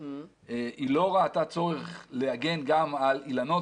היא לא ראתה צורך להגן גם על אילנות,